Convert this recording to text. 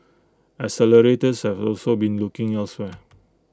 accelerators have also been looking elsewhere